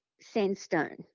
sandstone